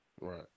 right